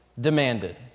demanded